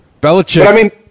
Belichick